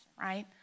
right